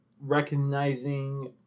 recognizing